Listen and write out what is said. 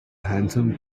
handsome